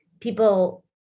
people